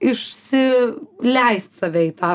išsi leist save į tą